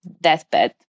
deathbed